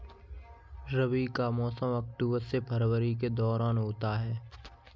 रबी का मौसम अक्टूबर से फरवरी के दौरान होता है